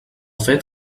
fet